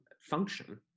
function